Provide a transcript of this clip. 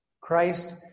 Christ